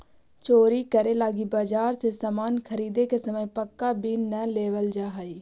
चोरी करे लगी बाजार से सामान ख़रीदे के समय पक्का बिल न लेवल जाऽ हई